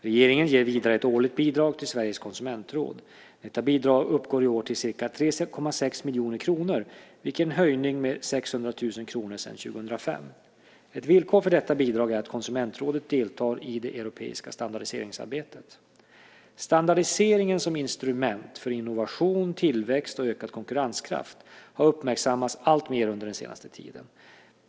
Regeringen ger vidare ett årligt bidrag till Sveriges Konsumentråd. Detta bidrag uppgår i år till ca 3,6 miljoner kronor vilket är en höjning med 600 000 kr sedan 2005. Ett villkor för detta bidrag är att konsumentrådet deltar i det europeiska standardiseringsarbetet. Standardiseringen som instrument för innovation, tillväxt och ökad konkurrenskraft har uppmärksammats alltmer under den senaste tiden.